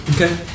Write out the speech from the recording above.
Okay